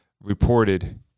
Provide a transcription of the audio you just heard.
reported